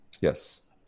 yes